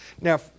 Now